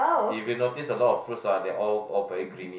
if you notice a lot of fruits ah they are all all very greeny